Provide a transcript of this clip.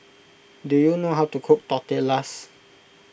do you know how to cook Tortillas